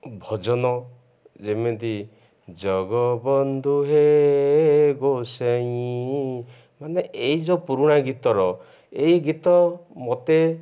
ଭଜନ ଯେମିତି ଜଗବନ୍ଧୁ ହେ ଗୋ ସ୍ୱାଇଁ ମାନେ ଏଇ ଯେଉଁ ପୁରୁଣା ଗୀତର ଏଇ ଗୀତ ମତେ